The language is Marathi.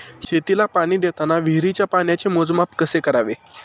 शेतीला पाणी देताना विहिरीच्या पाण्याचे मोजमाप कसे करावे?